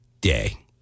Day